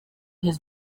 his